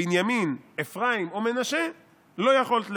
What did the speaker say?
בנימין, אפרים או מנשה לא יכלת ליה".